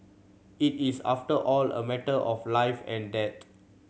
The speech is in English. it is after all a matter of life and death